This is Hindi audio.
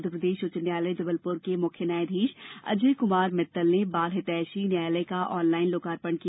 मध्यप्रदेश उच्च न्यायालय जबलपुर के मुख्य न्यायाधीष अजय कुमार मित्तल ने बाल हितैषी न्यायालय का ऑनलाइन लोकार्पण किया